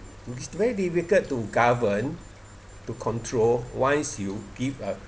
It's very difficult to govern to control once you give a